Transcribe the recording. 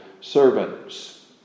servants